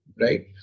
right